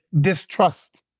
distrust